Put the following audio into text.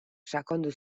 sakondu